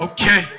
Okay